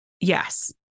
yes